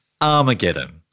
Armageddon